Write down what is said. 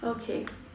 okay